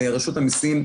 רשות המיסים,